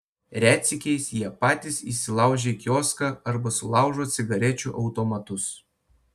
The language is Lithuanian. retsykiais jie patys įsilaužia į kioską arba sulaužo cigarečių automatus